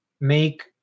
make